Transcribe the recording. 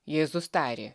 jėzus tarė